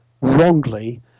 wrongly